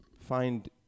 find